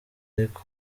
ariko